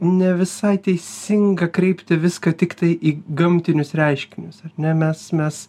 ne visai teisinga kreipti viską tiktai į gamtinius reiškinius ar ne mes mes